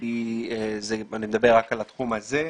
כי אני אדבר רק על התחום הזה.